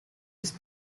was